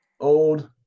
Old